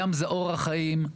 הים זה אורח חיים,